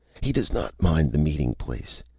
he does not mind the meeting place.